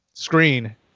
Screen